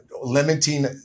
limiting